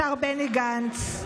השר בני גנץ,